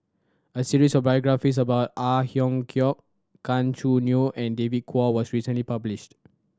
a series of biographies about Ang Hiong Chiok Gan Choo Neo and David Kwo was recently published